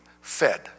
fed